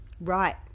Right